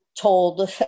told